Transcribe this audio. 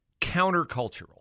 countercultural